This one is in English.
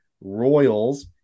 Royals